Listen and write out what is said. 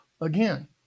again